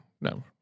No